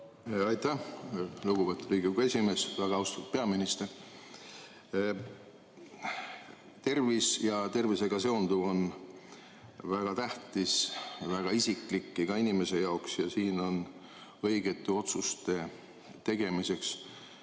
Aitäh, lugupeetud Riigikogu esimees! Väga austatud peaminister! Tervis ja tervisega seonduv on väga tähtis ja väga isiklik iga inimese jaoks. Siin on õigete otsuste tegemiseks